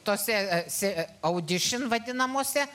tose esi audišin vadinamose